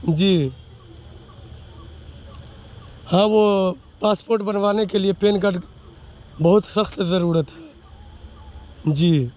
جی ہاں وہ پاسپورٹ بنوانے کے لیے پین کارڈ بہت سخت ضرورت ہے جی